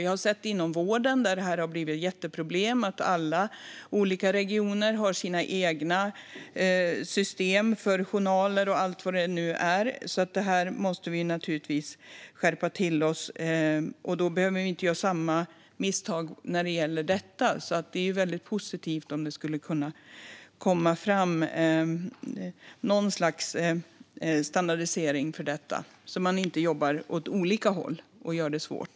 Vi har sett inom vården att det har blivit jätteproblem när alla regioner har sina egna system för journaler och allt vad det nu är. Här måste vi naturligtvis skärpa till oss, och vi behöver inte göra samma misstag när det gäller detta. Det är väldigt positivt om det skulle kunna komma fram något slags standardisering för detta, så att man inte jobbar åt olika håll och gör det svårt.